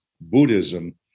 Buddhism